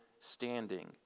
standing